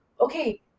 okay